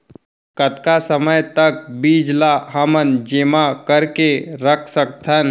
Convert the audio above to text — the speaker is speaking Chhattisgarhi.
कतका समय तक बीज ला हमन जेमा करके रख सकथन?